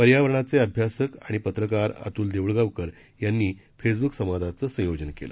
पर्यावरणाचे अभ्यासक आणि पत्रकार अत्ल देउळगावकर यांनी फेसब्क संवादाचं संयोजन केलं